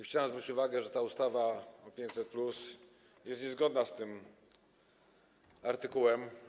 Chciałbym zwrócić uwagę, że ustawa o 500+ jest niezgodna z tym artykułem.